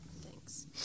Thanks